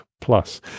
plus